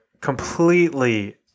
completely